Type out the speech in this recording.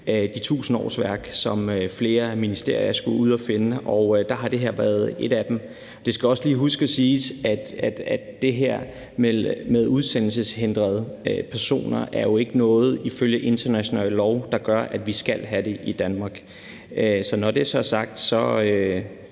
de 1000 årsværk, som flere ministerier skulle ud at finde, og der har det her været et af dem. Det skal også lige huskes og siges om det her med udsendelseshindrede personer, at der jo ikke er noget ifølge international lov, der gør, at vi skal have det i Danmark. Når det så er sagt, synes